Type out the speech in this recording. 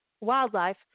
wildlife